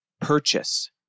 purchase